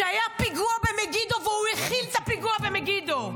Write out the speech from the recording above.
שהיה פיגוע במגידו, והוא הכיל את הפיגוע במגידו.